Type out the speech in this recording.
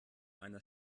einer